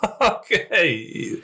Okay